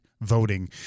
Voting